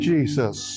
Jesus